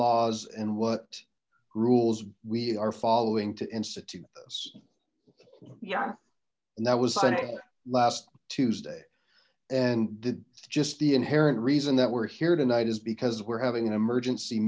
laws and what rules we are following to institute this yeah and that was sent last tuesday and just the inherent reason that we're here tonight is because we're having an emergency